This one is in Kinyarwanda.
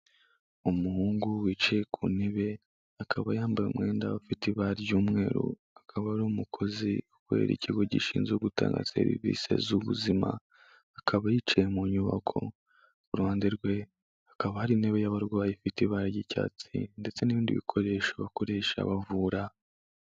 Umuhungu wicaye ku ntebe akaba yambaye umwenda ifite ibara ry'umweru akaba ari umukozi ukorera ikigo gishinzwe gutanga serivisi z'ubuzima akaba yicaye mu nyubako iruhande rwe hakaba ari intebe y'abarwayi ifite ibara ry'icyatsi ndetse n'ibindi bikoresho bakoresha bavura.